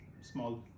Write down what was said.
small